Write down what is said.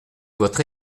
votre